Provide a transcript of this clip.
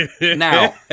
Now